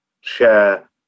share